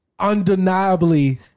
undeniably